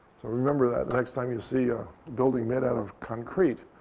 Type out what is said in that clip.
so remember that the next time you see a building made out of concrete.